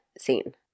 scene